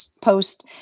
post